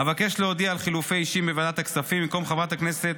אבקש להודיע על חילופי אישים בוועדת הכספים: במקום חברת הכנסת